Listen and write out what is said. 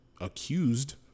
accused